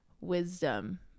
wisdom